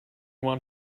want